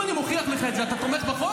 אם אני מוכיח לך את זה, אתה תומך בחוק?